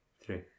three